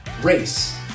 race